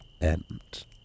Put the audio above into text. End